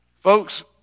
Folks